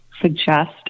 suggest